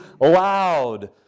loud